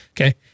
Okay